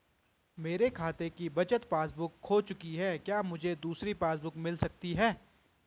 मेरे खाते की बचत पासबुक बुक खो चुकी है क्या मुझे दूसरी पासबुक बुक मिल सकती है?